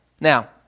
Now